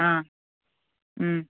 ஆ ம்